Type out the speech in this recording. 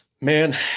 man